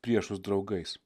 priešus draugais